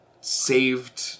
saved